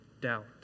doubt